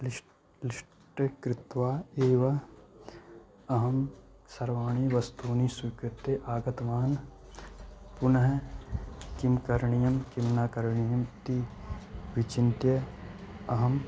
list list कृत्वा एव अहं सर्वाणि वस्तूनि स्वीकृत्य आगतवान् पुनः किं करणीयं किं न करणीयम् इति विचिन्त्य अहं